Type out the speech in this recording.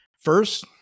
First